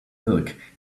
milk